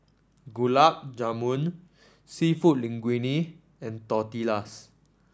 Gulab Jamun seafood Linguine and Tortillas